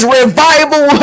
revival